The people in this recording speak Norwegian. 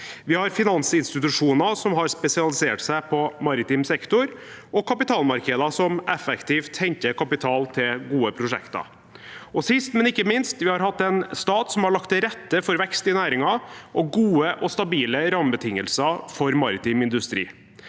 Vi har finansinstitusjoner som har spesialisert seg på maritim sektor, og kapitalmarkeder som effektivt henter kapital til gode prosjekter. Og sist, men ikke minst: Vi har hatt en stat som har lagt til rette for vekst i næringen og gode og stabile rammebetingelser for maritim industri.